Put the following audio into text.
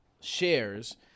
shares